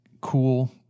cool